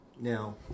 Now